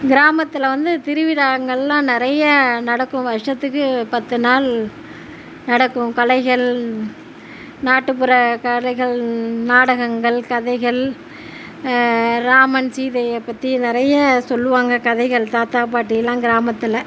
கிராமத்தில் வந்து திருவிழாங்களாம் நிறைய நடக்கும் வருஷத்துக்கு பத்து நாலு நடக்கும் கலைகள் நாட்டுப்புற கலைகள் நாடகங்கள் கதைகள் ராமன் சீதையை பற்றி நிறைய சொல்லுவாங்க கதைகள் தாத்தா பாட்டிலாம் கிராமத்தில்